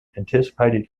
anticipated